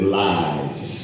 lies